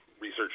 research